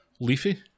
Leafy